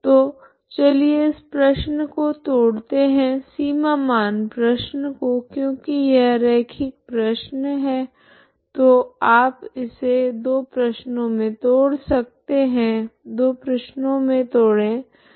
तो चलिए इस प्रश्न को तोड़ते है सीमा मान प्रश्न को क्योकि यह रैखिक प्रश्न है तो आप इसे दो प्रश्नो मे तोड़ सकते है दो प्रश्नों मे तोड़ सकते है